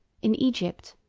in egypt,